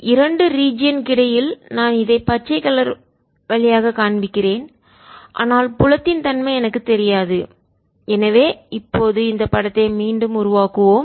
இரண்டு ரீஜியன் கிடையில்நான் இதனை பச்சை கலர் வழியாக காண்பிக்கிறேன் ஆனால் புலத்தின் தன்மை எனக்குத் தெரியாதுஎனவே இப்போது இந்த படத்தை மீண்டும் உருவாக்குவோம்